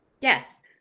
yes